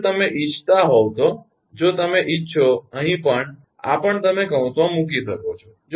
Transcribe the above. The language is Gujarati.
હવે જો તમે ઇચ્છતા હોવ તો જો તમે ઇચ્છો અહીં પણ આ પણ તમે કૌંસમાં મૂકી શકો છો